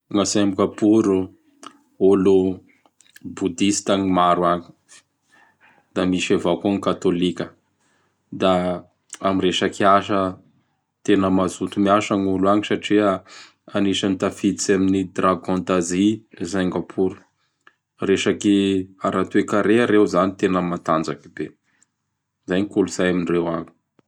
Gn a Singapour o, olo Boudista gn maro agny. da misy avao ko gny katôlika. Da am resaky asa, tena mazoto miasa gn olo agny satria anisan'ny tafiditsy am Dragon d'Asie z Singapour. Resaky ara-toekarea reo zany tena matanjaky be. Zay gn kolotsay amindreo agny.